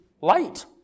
light